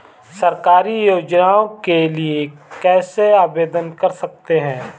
सरकारी योजनाओं के लिए कैसे आवेदन कर सकते हैं?